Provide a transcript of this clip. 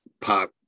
Pop